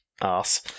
ass